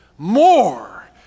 more